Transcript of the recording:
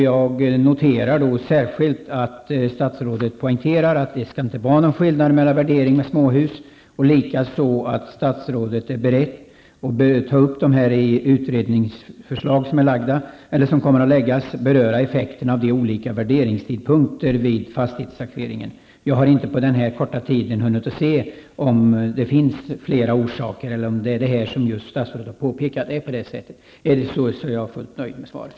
Jag noterar särskilt att statsrådet poängterar att det inte skall vara någon skillnad mellan värdering av småhus, och att statsrådet är beredd att, i samband med de utredningsförslag som kommer att läggas fram, beröra effekterna av de olika värderingstidpunkterna vid fastighetstaxeringen. Jag har på den här korta tiden inte hunnit att se om det finns flera orsaker eller om det är på det sättet som statsrådet påpekade. Är det så, är jag fullt nöjd med svaret.